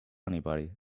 anybody